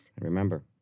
remember